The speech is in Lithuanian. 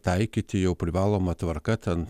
taikyti jau privaloma tvarka ten